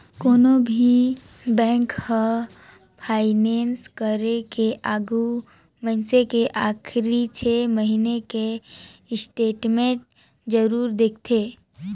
कोनो भी बेंक हर फाइनेस करे के आघू मइनसे के आखरी छे महिना के स्टेटमेंट जरूर देखथें